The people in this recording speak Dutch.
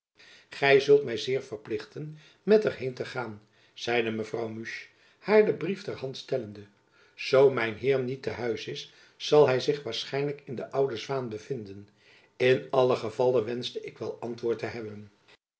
gy zult my zeer verplichten met er heen te gaan jacob van lennep elizabeth musch zeide mevrouw musch haar den brief ter hand stellende zoo mijn heer niet te huis is zal hy zich waarschijnlijk in de oude zwaan bevinden in allen gevalle wenschte ik wel antwoord te hebben